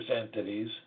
entities